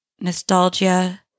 nostalgia